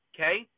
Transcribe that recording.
Okay